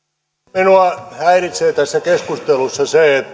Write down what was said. minua häiritsee tässä keskustelussa